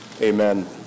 Amen